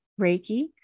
Reiki